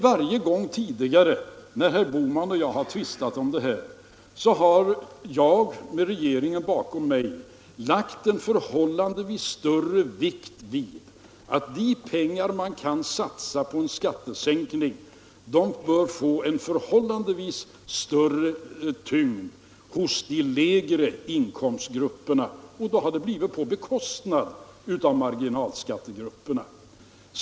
Varje gång tidigare, när herr Bohman och jag har tvistat om detta, har jag med regeringen bakom mig lagt mera vikt vid att de pengar man kan satsa på en skattesänkning bör få en förhållandevis större tyngd hos de lägre inkomstgrupperna, och då har det blivit på bekostnad av marginalskattegrupperna.